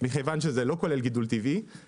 מכיוון שזה לא כולל גידול טבעי,